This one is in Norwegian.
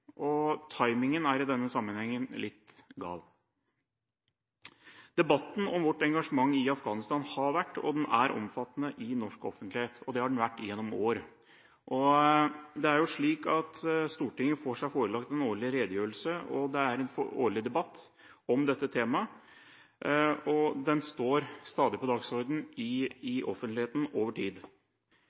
og timingen er i denne sammenhengen litt gal. Debatten om vårt engasjement i Afghanistan har vært og er omfattende i norsk offentlighet. Det har den vært gjennom år. Stortinget får seg forelagt en årlig redegjørelse, og det er en årlig debatt om dette temaet. Den står også på dagsordenen i offentligheten over tid.